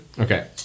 okay